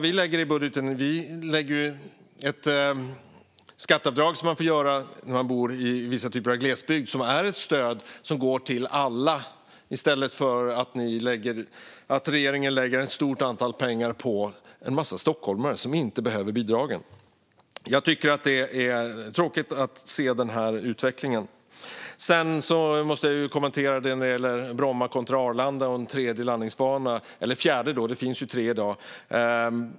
I vår budget har vi ett skatteavdrag som man får göra när man bor i vissa typer av glesbygd, vilket är ett stöd som går till alla, i stället för att som regeringen lägga en stor mängd pengar på en massa stockholmare som inte behöver bidragen. Jag tycker att det är tråkigt att se denna utveckling. Jag måste kommentera detta med Bromma kontra Arlanda och en fjärde landningsbana; det finns ju tre i dag.